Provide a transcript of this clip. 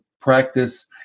practice